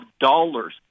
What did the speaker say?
dollars